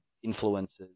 Influences